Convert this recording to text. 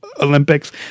Olympics